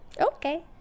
Okay